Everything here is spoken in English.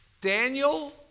Daniel